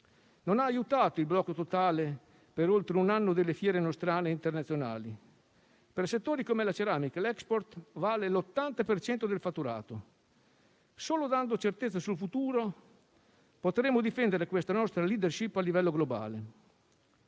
Non ha aiutato il blocco totale per oltre un anno delle fiere nostrane e internazionali. Per settori come la ceramica e l'*export* vale l'80 per cento del fatturato. Solo dando certezze sul futuro potremo difendere questa nostra *leadership* a livello globale.